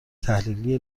تحلیلی